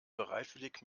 bereitwillig